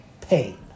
pain